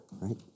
right